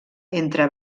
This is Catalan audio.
entre